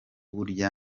burya